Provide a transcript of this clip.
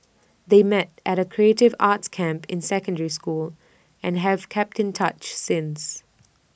they met at A creative arts camp in secondary school and have kept in touch since